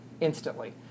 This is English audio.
instantly